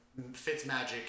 Fitzmagic